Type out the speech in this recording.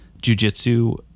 jujitsu